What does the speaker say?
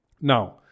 Now